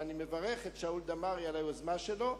ואני מברך את שאול דמארי על היוזמה שלו,